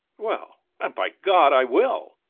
well and by god i will!